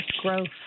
growth